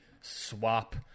swap